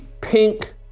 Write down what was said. pink